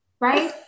right